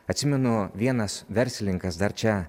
atsimenu vienas verslininkas dar čia